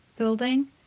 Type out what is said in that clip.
Building